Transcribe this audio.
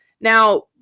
Now